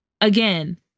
again